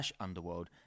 underworld